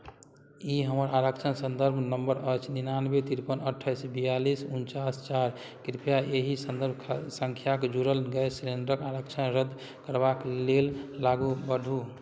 ई हमर आरक्षण सन्दर्भ नम्बर अछि निनानबे तिरपन अठाइस बियालीस उनचास चारि कृपया एहि सन्दर्भ ख् सङ्ख्याके जुड़ल गैस सिलेंडरक आरक्षण रद्द करबाक लेल आगू बढ़ू